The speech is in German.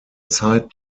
zeit